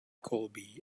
colby